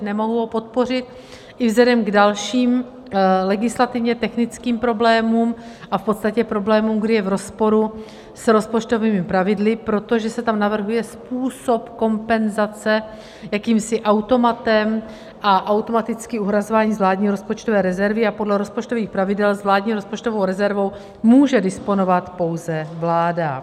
Nemohu ho podpořit i vzhledem k dalším legislativně technickým problémům a v podstatě k problémům, kdy je v rozporu s rozpočtovými pravidly, protože se tam navrhuje způsob kompenzace jakýmsi automatem a automatickým uhrazováním z vládní rozpočtové rezervy a podle rozpočtových pravidel s vládní rozpočtovou rezervou může disponovat pouze vláda.